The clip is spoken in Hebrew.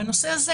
בנושא הזה,